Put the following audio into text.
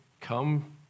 come